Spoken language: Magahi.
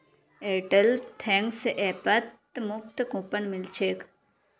एयरटेल थैंक्स ऐपत मुफ्त कूपन मिल छेक